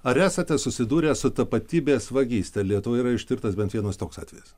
ar esate susidūrę su tapatybės vagyste lietuvoj yra ištirtas bent vienas toks atvejis